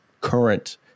current